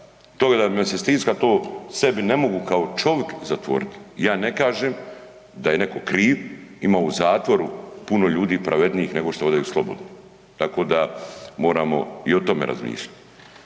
toga da me se stiska to sebi ne mogu kao čovik zatvorit. Ja ne kažem da je neko kriv, ima u zatvoru puno ljudi pravednijih nego što odaju slobodni, tako da moramo i o tome razmišljati.